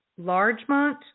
Largemont